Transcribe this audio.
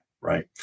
right